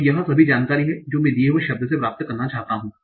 तो यह सभी जानकारी है जो मैं दिए गए शब्द से प्राप्त करना चाहता हूं